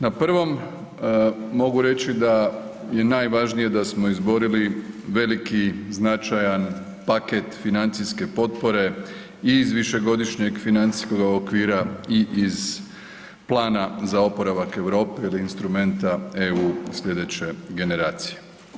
Na prvom mogu reći da je najvažnije da smo izborili veliki, značajan paket financijske potpore i iz višegodišnjega financijskoga okvira i iz plana za oporavak Europe ili instrumenta EU slijedeće generacije.